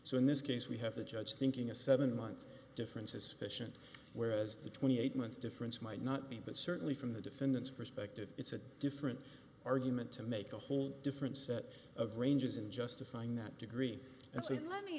so in this case we have a judge thinking a seven month difference is fission whereas the twenty eight months difference might not be but certainly from the defendant's perspective it's a different argument to make a whole different set of ranges in justifying that degree